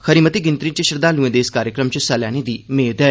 खरी मती गिनतरी च श्रद्वालुएं दे इस कार्यक्रम च हिस्सा लैने दी मेद ऐ